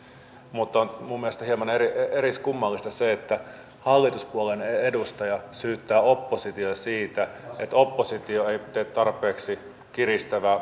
mutta minun mielestäni on hieman eriskummallista se että hallituspuolueen edustaja syyttää oppositiota siitä että oppositio ei tee tarpeeksi kiristävää